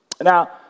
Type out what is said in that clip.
now